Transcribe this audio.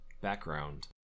background